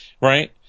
Right